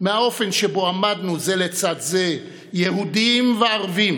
מהאופן שבו עמדנו זה לצד זה, יהודים וערבים,